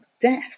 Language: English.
death